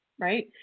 right